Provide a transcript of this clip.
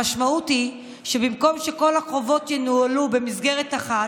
המשמעות היא שבמקום שכל החובות ינוהלו במסגרת אחת,